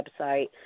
website